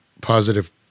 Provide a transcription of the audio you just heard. positive